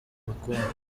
bukungu